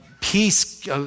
peace